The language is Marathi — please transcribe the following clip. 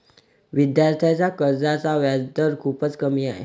विद्यार्थ्यांच्या कर्जाचा व्याजदर खूपच कमी आहे